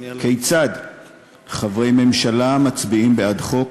כיצד חברי ממשלה מצביעים בעד חוק,